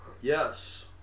yes